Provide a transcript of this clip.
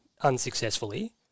unsuccessfully